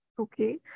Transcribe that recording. Okay